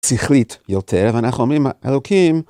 סיכלית יותר, ואנחנו אומרים, אלוקים...